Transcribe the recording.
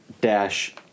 dash